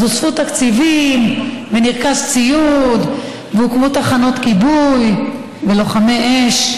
אז הוספו תקציבים ונרכש ציוד והוקמו תחנות כיבוי ולוחמי אש,